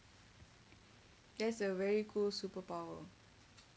that's a very cool superpower